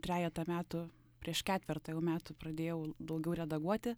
trejetą metų prieš ketvertą jau metų pradėjau daugiau redaguoti